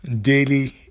daily